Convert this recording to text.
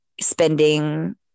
spending